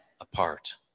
apart